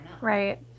right